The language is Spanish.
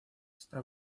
está